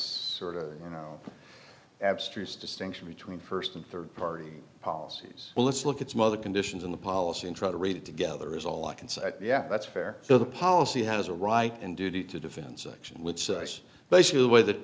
sort of you know abstracts distinction between first and third party policies well let's look at some other conditions in the policy and try to read it together is all i can say yep that's fair the policy has a right and duty to defend section which is basically the way th